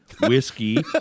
whiskey